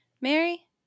Mary